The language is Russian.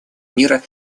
мира